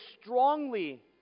strongly